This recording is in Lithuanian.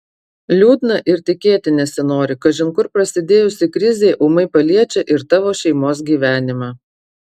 liūdna ir tikėti nesinori kažin kur prasidėjusi krizė ūmai paliečia ir tavo šeimos gyvenimą